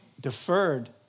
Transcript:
deferred